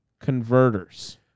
converters